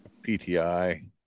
PTI